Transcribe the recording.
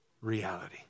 reality